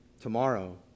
Tomorrow